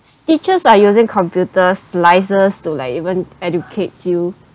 teachers are using computer slides to like even educates you